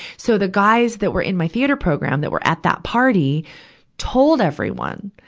so the guys that were in my theater program that were at that party told everyone.